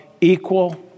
equal